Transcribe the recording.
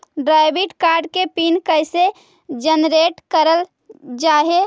Debit card के PIN कैसे generate करल जाहै?